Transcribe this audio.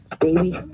baby